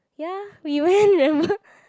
ya we went remember